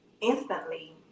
instantly